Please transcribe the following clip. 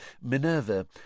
Minerva